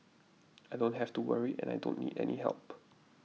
I don't have to worry and I don't need any help